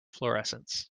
fluorescence